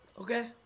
Okay